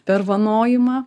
per vanojimą